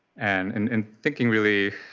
and in thinking really